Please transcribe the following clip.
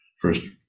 first